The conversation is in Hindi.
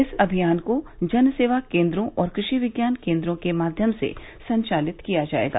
इस अभियान को जन सेवा केंद्रों और कृषि विज्ञान केंद्रों के माध्यम से संचालित किया जाएगा